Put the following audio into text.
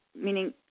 meaning